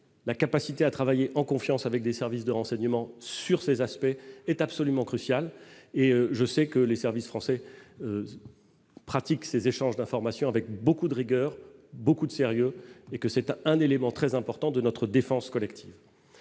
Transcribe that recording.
la capacité à travailler en confiance avec des services de renseignements sur ces aspects est absolument crucial et je sais que les services français pratique ces échanges d'informations avec beaucoup de rigueur, beaucoup de sérieux et que c'est à un élément très important de notre défense collective,